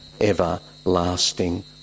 everlasting